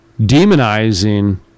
demonizing